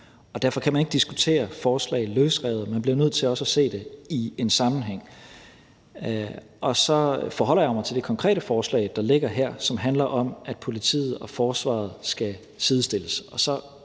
Derfor kan man ikke diskutere forslag løsrevet; man bliver nødt til også at se dem i en sammenhæng. Så forholder jeg mig til det konkrete forslag, der ligger her, og som handler om, at politiet og forsvaret skal sidestilles.